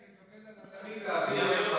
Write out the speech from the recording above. אני מקבל על עצמי להעביר,